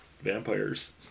vampires